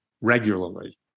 regularly